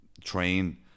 train